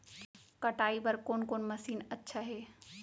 कटाई बर कोन कोन मशीन अच्छा हे?